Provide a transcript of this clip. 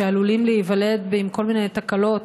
שעלולים להיוולד עם כל מיני תקלות,